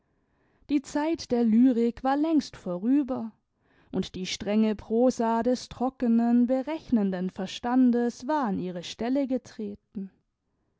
die zeit der lyrik war längst vorüber und die strenge prosa des trockenen berechnenden verstandes war an ihre stelle getreten